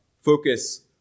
focus